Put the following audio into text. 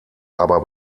aber